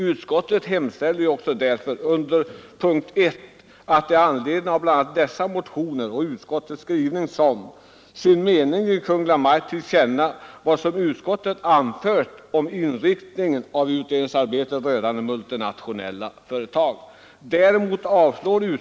Utskottet hemställer under punkten 1 att riksdagen i anledning av dessa motioner som sin mening ger Kungl. Maj:t till känna vad utskottet anfört om inriktningen av utredningsarbetet rörande multinationella företag.